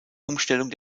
umstellung